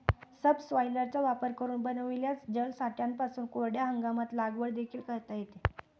सबसॉयलरचा वापर करून बनविलेल्या जलसाठ्यांपासून कोरड्या हंगामात लागवड देखील करता येते